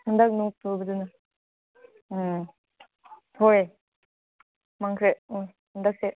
ꯍꯟꯗꯛ ꯅꯣꯡ ꯆꯨꯕꯗꯨꯅ ꯎꯝ ꯍꯣꯏ ꯃꯥꯡꯈ꯭ꯔꯦ ꯎꯝ ꯍꯟꯗꯛꯁꯦ